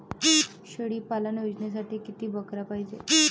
शेळी पालन योजनेसाठी किती बकऱ्या पायजे?